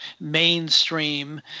mainstream